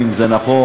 האם זה נכון,